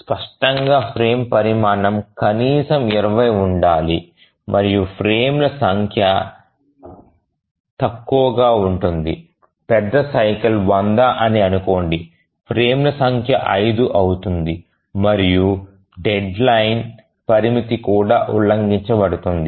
స్పష్టంగా ఫ్రేమ్ పరిమాణం ఇక్కడ కనీసం 20 ఉండాలి మరియు ఫ్రేమ్ల సంఖ్య తక్కువగా ఉంటుంది పెద్ద సైకిల్ 100 అని అనుకోండి ఫ్రేమ్ల సంఖ్య 5 అవుతుంది మరియు డెడ్లైన్ పరిమితి కూడా ఉల్లంఘించబడుతుంది